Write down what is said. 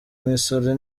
misoro